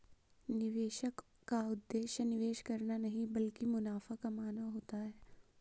निवेशक का उद्देश्य निवेश करना नहीं ब्लकि मुनाफा कमाना होता है